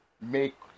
make